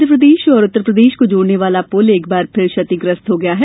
मध्यप्रदेश और उत्तरप्रदेश को जोड़ने वाला पूल एक बार फिर क्षतिग्रस्त हो गया है